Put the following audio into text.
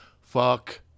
fuck